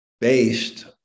based